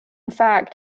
fact